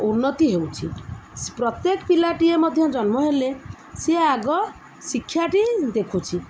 ଉନ୍ନତି ହେଉଛି ପ୍ରତ୍ୟେକ ପିଲାଟିଏ ମଧ୍ୟ ଜନ୍ମ ହେଲେ ସିଏ ଆଗ ଶିକ୍ଷାଟି ଦେଖୁଛି